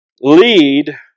lead